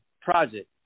project